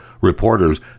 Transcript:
reporters